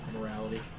morality